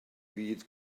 byd